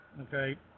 okay